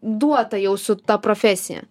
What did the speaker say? duota jau su ta profesija